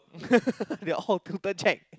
they're all counter check